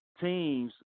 teams